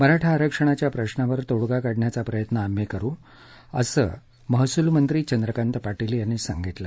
मराठा आरक्षणाच्या प्रश्नावर तोडगा काढण्याचा प्रयत्न आम्ही करु असं महसूल मंत्री चंद्रकांत पाटील यांनी सांगितलं